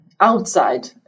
outside